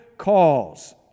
cause